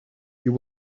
you